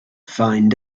find